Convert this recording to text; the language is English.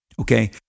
Okay